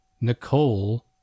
Nicole